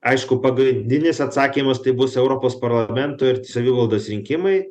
aišku pagaidinis atsakymas tai bus europos parlamento ir savivaldos rinkimai